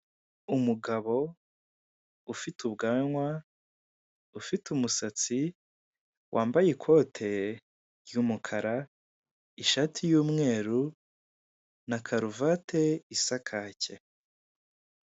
Umugabo ufite ubwanwa, ufite umusatsi, wambaye ikote ry'umukara, ishati y'umweru na karuvati isa kake.